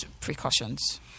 precautions